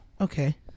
Okay